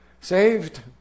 saved